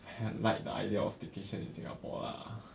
have like the idea of staycation in singapore lah